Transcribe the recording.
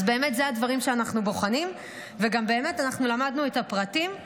אלה הדברים שאנחנו בוחנים וגם באמת למדנו את הפרטים.